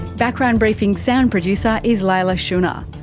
background briefing's sound producer is leila shunnar.